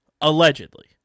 allegedly